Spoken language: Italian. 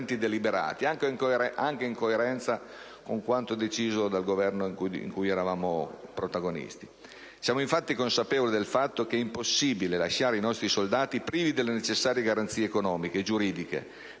Siamo infatti consapevoli del fatto che è impossibile lasciare i nostri soldati privi delle necessarie garanzie economiche e giuridiche